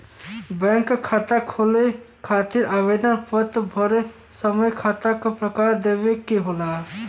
bank में खाता खोले खातिर आवेदन पत्र भरत समय खाता क प्रकार देवे के होला